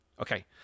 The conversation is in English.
Okay